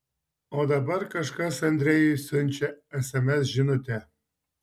o dabar kažkas andrejui siunčia sms žinutę